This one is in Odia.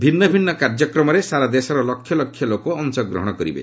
ଭିନ୍ନ ଭିନ୍ନ କାର୍ଯ୍ୟକ୍ରମରେ ସାରା ଦେଶର ଲକ୍ଷ ଲକ୍ଷ ଲୋକ ଅଂଶଗ୍ରହଣ କରିବେ